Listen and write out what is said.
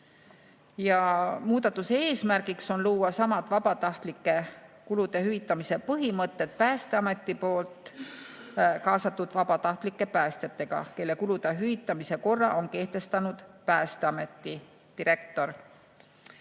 Muudatuse eesmärk on luua samad vabatahtlike kulude hüvitamise põhimõtted kui Päästeameti kaasatud vabatahtlike päästjate puhul, kelle kulude hüvitamise korra on kehtestanud Päästeameti peadirektor.